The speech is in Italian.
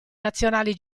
nazionali